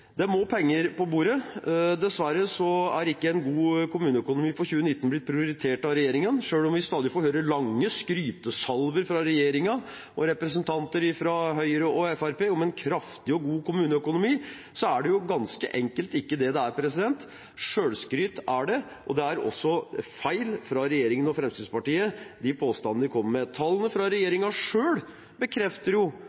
Det må penger på bordet. Dessverre er ikke en god kommuneøkonomi for 2019 blitt prioritert av regjeringen. Selv om vi stadig får høre lange skrytesalver fra regjeringen og representanter fra Høyre og Fremskrittspartiet om en kraftig og god kommuneøkonomi, er det ganske enkelt ikke det det er. Selvskryt er det, og de påstandene regjeringen og Fremskrittspartiet kommer med, er også feil. Tall fra regjeringen selv bekrefter jo at dette selvskrytet ikke holder vann eller mål. De tilbakemeldingene vi får fra